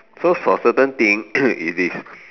so for certain thing if it's